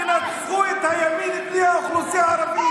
איך תנצחו את הימין בלי האוכלוסייה הערבית?